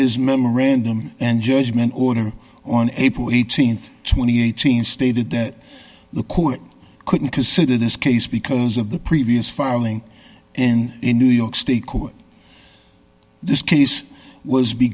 his memorandum and judgment order on april th two thousand and eighteen stated that the court couldn't consider this case because of the previous filing and in new york state court this case was b